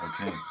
Okay